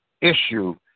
issue